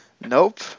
Nope